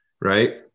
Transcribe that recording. right